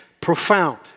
Profound